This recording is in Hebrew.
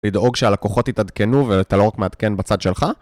לדאוג שהלקוחות יתעדכנו ואתה לא רק מעדכן בצד שלך.